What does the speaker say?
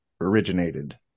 originated